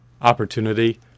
opportunity